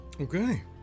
Okay